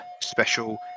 special